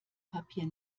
papier